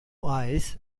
eyes